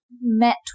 met